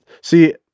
See